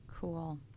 Cool